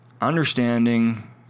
understanding